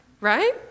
right